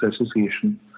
Association